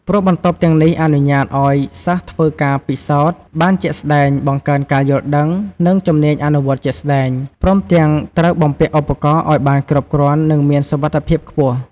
ព្រោះបន្ទប់ទាំងនេះអនុញ្ញាតឲ្យសិស្សធ្វើការពិសោធន៍បានជាក់ស្ដែង បង្កើនការយល់ដឹង និងជំនាញអនុវត្តជាក់ស្តែង ព្រមទាំងត្រូវបំពាក់ឧបករណ៍ឲ្យបានគ្រប់គ្រាន់ និងមានសុវត្ថិភាពខ្ពស់។"